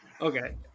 Okay